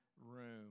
room